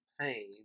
pain